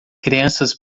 crianças